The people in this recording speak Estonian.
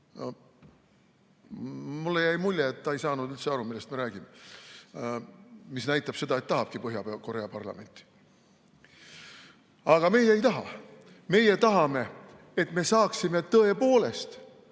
Mulle jäi mulje, et ta ei saanud üldse aru, millest me räägime, mis näitab seda, et ta tahabki Põhja-Korea parlamenti. Aga meie ei taha. Meie tahame, et me saaksime tõepoolest